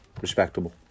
Respectable